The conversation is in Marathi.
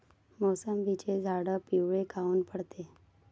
मोसंबीचे झाडं पिवळे काऊन पडते?